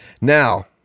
Now